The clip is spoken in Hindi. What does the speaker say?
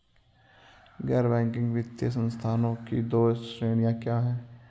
गैर बैंकिंग वित्तीय संस्थानों की दो श्रेणियाँ क्या हैं?